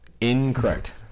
Incorrect